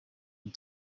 and